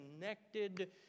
connected